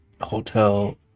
hotel